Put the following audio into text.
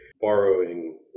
borrowing